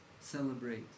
Celebrate